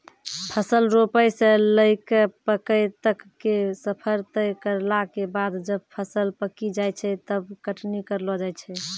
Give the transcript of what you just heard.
फसल रोपै स लैकॅ पकै तक के सफर तय करला के बाद जब फसल पकी जाय छै तब कटनी करलो जाय छै